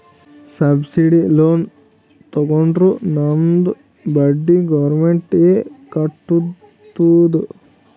subsidised loan ತಗೊಂಡುರ್ ನಮ್ದು ಬಡ್ಡಿ ಗೌರ್ಮೆಂಟ್ ಎ ಕಟ್ಟತ್ತುದ್